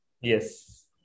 yes